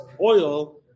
oil